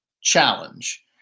challenge